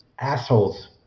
assholes